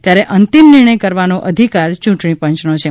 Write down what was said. ત્યારે અંતિમ નિર્ણય કરવાનો અધિકાર ચૂંટણી પંચનો છે